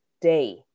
day